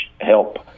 help